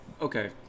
Okay